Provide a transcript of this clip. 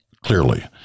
Clearly